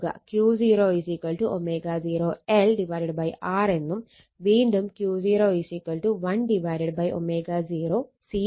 Q0 ω0 L Rഎന്നും വീണ്ടും Q0 1ω0 CR